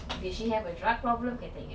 did she have a drug problem I tak ingat